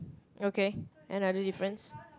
okay another difference